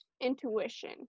intuition